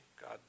God